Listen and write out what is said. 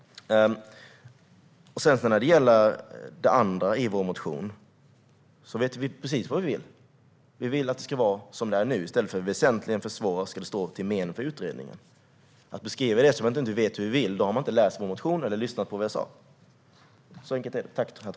När det gäller det andra i vår motion vet vi precis vad vi vill. Vi vill att det ska vara som det är nu. I stället för "väsentligen försvåras" ska det stå "till men för utredningen". Beskriver man det som att vi inte vet vad vi vill har man inte läst vår motion eller lyssnat på vad jag sa. Så enkelt är det.